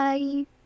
Bye